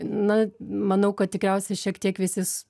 na manau kad tikriausiai šiek tiek visi